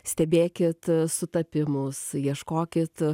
stebėkit sutapimus ieškokit